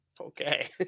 Okay